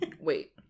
Wait